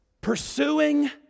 pursuing